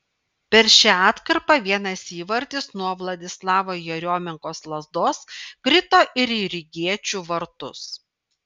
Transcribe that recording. per šią atkarpą vienas įvartis nuo vladislavo jeriomenkos lazdos krito ir į rygiečių vartus